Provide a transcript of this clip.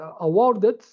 awarded